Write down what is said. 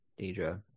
Deidre